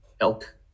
elk